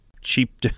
cheap